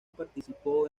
participó